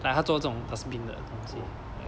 like 他做这种 dustbin 的东西